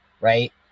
right